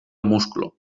musclo